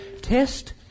test